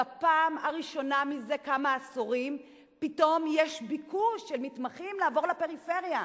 בפעם הראשונה מזה כמה עשורים פתאום יש ביקוש של מתמחים לעבור לפריפריה.